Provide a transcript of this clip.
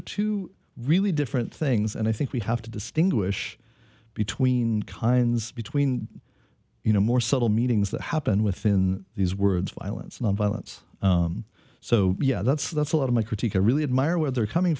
are two really different things and i think we have to distinguish between kinds between you know more subtle meetings that happen within these words violence and violence so yeah that's that's a lot of my critique i really admire where they're coming